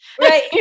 Right